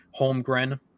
Holmgren